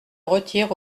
retire